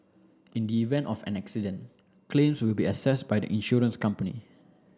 in the event of an accident claims will be assessed by the insurance company